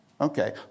Okay